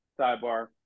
sidebar